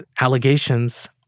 allegations